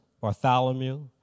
Bartholomew